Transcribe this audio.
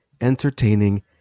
entertaining